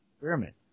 Experiment